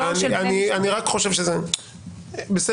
כל